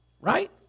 Right